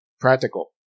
practical